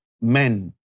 men